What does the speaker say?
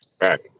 Right